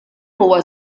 huwa